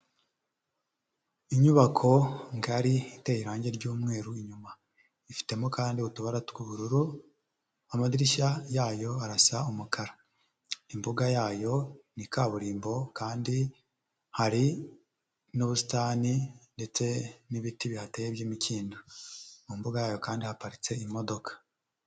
Inyubako ngari iteye irange ry'umweru inyuma, ifitemo kandi utubara t'ubururu, amadirishya ya yo arasa umukara, imbuga ya yo ni kaburimbo kandi hari n'ubusitani ndetse n'ibiti bihateye by'imikindo, mu mbuga ya yo kandi haparitse imodoka.